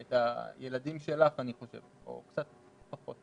הילדים שלך או קצת פחות.